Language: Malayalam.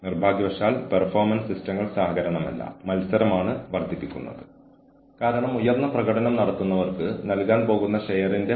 അതിനാൽ ഓഫീസ് സമയത്തിനും വീട്ടിലെ സമയത്തിനും ഇടയിൽ കൃത്യമായി നിർവചിക്കപ്പെട്ട ഒരു ലൈൻ ഇല്ല